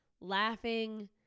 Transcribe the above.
laughing